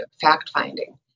fact-finding